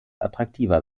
attraktiver